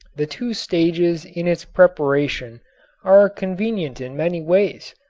the two stages in its preparation are convenient in many ways.